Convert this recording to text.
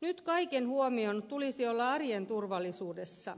nyt kaiken huomion tulisi olla arjen turvallisuudessa